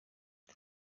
aba